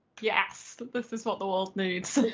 yes! this is what the world needs.